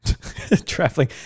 Traveling